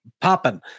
popping